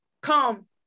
come